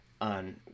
on